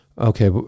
Okay